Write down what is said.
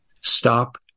Stop